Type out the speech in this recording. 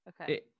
Okay